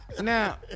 now